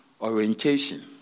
orientation